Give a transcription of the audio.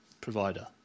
provider